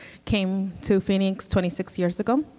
came to phoenix twenty six years ago,